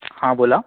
हां बोला